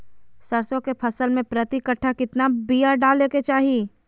सरसों के फसल में प्रति कट्ठा कितना बिया डाले के चाही?